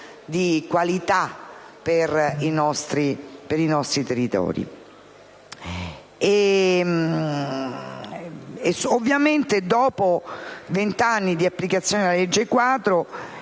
di qualità per i nostri territori. Quindi, dopo vent'anni di applicazione della legge